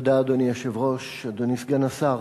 אדוני היושב-ראש, תודה, אדוני סגן השר,